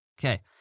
okay